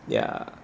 ya